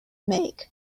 make